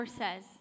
says